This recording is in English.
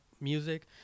music